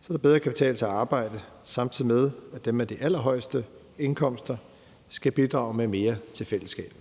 så det bedre kan betale sig at arbejde, samtidig med at dem med de allerhøjeste indkomster skal bidrage med mere til fællesskabet.